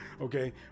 okay